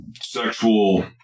sexual